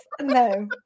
No